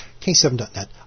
K7.net